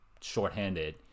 shorthanded